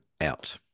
out